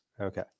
Okay